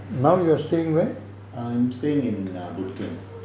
I'm staying in err boon keng